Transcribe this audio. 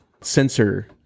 sensor